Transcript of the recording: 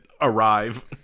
arrive